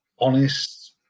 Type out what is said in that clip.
honest